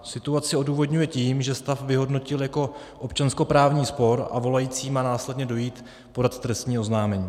Situaci odůvodňuje tím, že stav vyhodnotil jako občanskoprávní spor, a volající má následně dojít podat trestní oznámení.